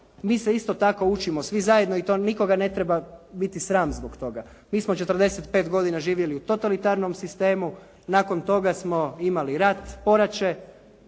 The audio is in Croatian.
Mi se isto tako učimo svi zajedno i to nikoga ne treba biti sram zbog toga. Mi smo 45 godina živjeli u totalitarnom sistemu. Nakon toga smo imali rat, poraće